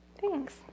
Thanks